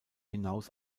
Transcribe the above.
hinaus